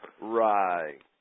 Right